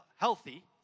healthy